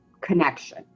connection